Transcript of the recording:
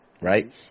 right